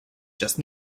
just